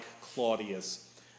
Claudius